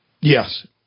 Yes